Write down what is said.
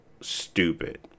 stupid